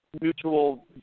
mutual